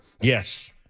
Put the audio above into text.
Yes